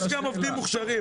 יש גם עובדים מוכשרים.